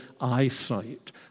eyesight